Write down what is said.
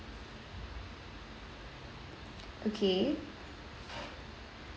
okay